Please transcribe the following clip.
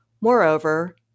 Moreover